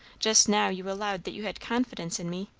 just now you allowed that you had confidence in me?